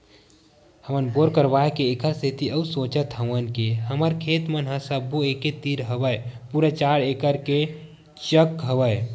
हमन बोर करवाय के ऐखर सेती अउ सोचत हवन के हमर खेत मन ह सब्बो एके तीर हवय पूरा चार एकड़ के चक हवय